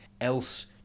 else